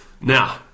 Now